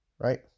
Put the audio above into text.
Right